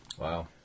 Wow